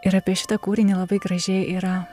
ir apie šitą kūrinį labai gražiai yra